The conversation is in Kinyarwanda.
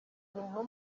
ntumwa